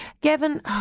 Gavin